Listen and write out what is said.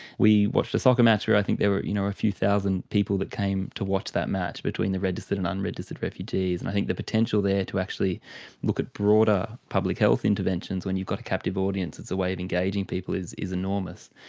we watched a soccer match where i think there were you know a few thousand people that came to watch that match between the registered and unregistered refugees. and i think the potential there to actually look at broader public health interventions when you've got captive audience as a way of engaging people is is enormous.